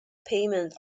payment